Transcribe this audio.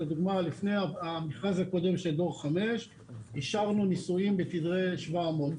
לדוגמא לפני המכרז הקודם של דור 5 אישרנו אישורים בתדרי 700,